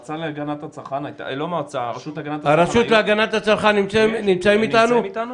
הרשות להגנת הצרכן, נמצאים איתנו?